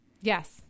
Yes